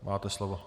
Máte slovo.